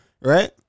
Right